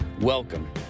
Welcome